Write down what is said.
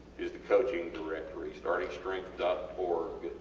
is the coaching directory startingstrength org.